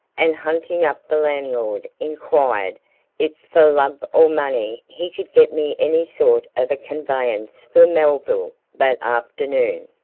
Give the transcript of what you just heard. and hunting up the landlord inquired if for love or money he could get me any sort of a conveyance for melville that afternoon.